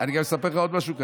אני גם אספר לך עוד משהו קטן.